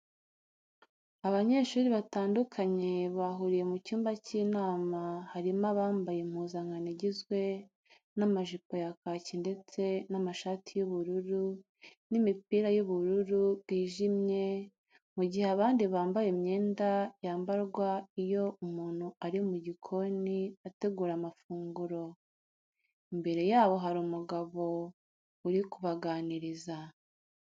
Abanyeshuri batandukanye bahuriye mu cyumba cy'inama harimo abambaye impuzankano igizwe n'amajipo ya kaki ndetse n'amashati y'ubururu n'imipira y'ubururu bwijimye, mu gihe abandi bambaye imyenda yambarwa iyo umuntu ari mu gikoni ategura amafunguro. Imbere yabo hari umugabo uri kubaganiriza.